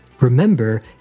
Remember